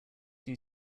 few